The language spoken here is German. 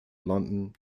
london